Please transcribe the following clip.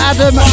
Adam